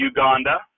Uganda